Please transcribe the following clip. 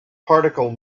particle